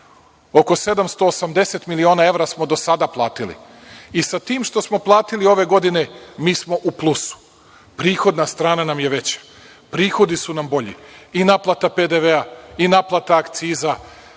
oko 780 miliona evra smo do sada platili, i sa tim što smo platili ove godine, mi smo u plusu. Prihodna strana nam je veća. Prihodi su nam bolji, i naplata PDV-a i naplata akciza